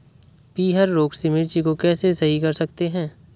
पीहर रोग से मिर्ची को कैसे सही कर सकते हैं?